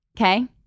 Okay